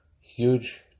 huge